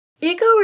Ego